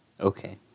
Okay